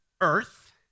earth